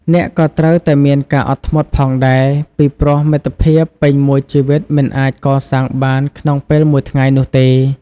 អ្នកក៏ត្រូវតែមានការអត់ធ្មត់ផងដែរ ពីព្រោះមិត្តភាពពេញមួយជីវិតមិនអាចកសាងបានក្នុងពេលមួយថ្ងៃនោះទេ។